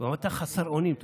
אתה חסר אונים.